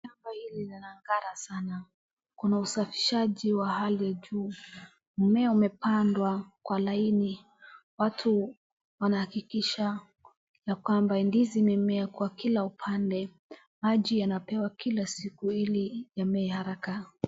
Shamba hili linangara sana. Kuna usafishaji wa hali ya juu. Mmea umepandwa kwa laini, watu wanahakikisha ya kwamba ndizi imemea kwa kila upande. Maji yanapewa kila siku ili yamee haraka.